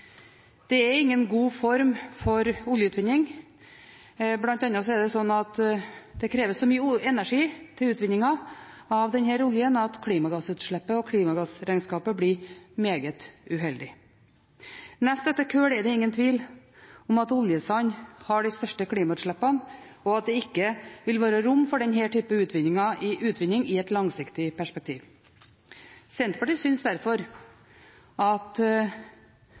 Det er ingen god form for oljeutvinning, bl.a. er det slik at det krever så mye energi til utvinningen av denne oljen at klimagassutslippet og klimagassregnskapet blir meget uheldig. Nest etter kull er det ingen tvil om at oljesand har de største klimautslippene, og det vil ikke være rom for denne typen utvinning i et langsiktig perspektiv. Vi i Senterpartiet synes derfor at